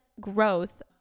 growth